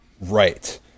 right